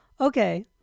Okay